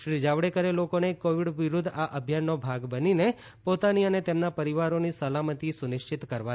શ્રી જાવડેકરે લોકોને કોવિડ વિરુદ્ધ આ અભિયાનનો ભાગ બનીને પોતાની અને તેમના પરિવારોની સલામતી સુનિશ્ચિત કરવા જણાવ્યું હતું